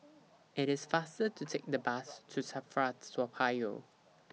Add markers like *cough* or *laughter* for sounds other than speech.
*noise* IT IS faster to Take The Bus to SAFRA Toa Payoh